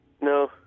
No